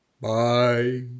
Bye